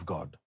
God